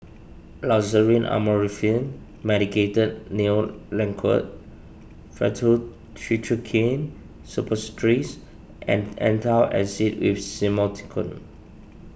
Loceryl Amorolfine Medicated Nail Lacquer Faktu Cinchocaine Suppositories and Antacid with Simethicone